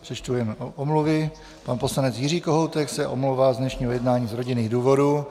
Přečtu omluvy: pan poslanec Jiří Kohoutek se omlouvá z dnešního jednání z rodinných důvodů.